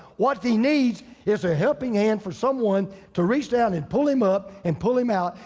what he needs is a helping hand for someone to reach down and pull him up and pull him out.